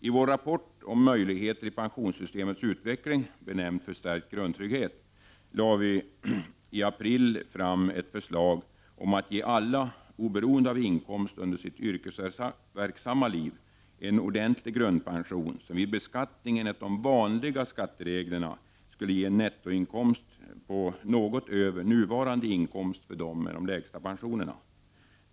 I vår rapport om möjligheter i pensionssystemets utveckling, benämnd Förstärkt grundtrygghet, lade vi i april fram ett förslag om att ge alla — oberoende av inkomst under sitt yrkesverksamma liv — en ordentlig grundpension, som vid beskattning enligt de vanliga skattereglerna skulle ge en nettoinkomst på något över nuvarande inkomst för dem med de lägsta pensionerna.